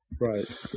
Right